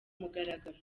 mugaragaro